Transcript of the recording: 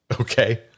Okay